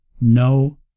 No